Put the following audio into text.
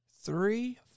three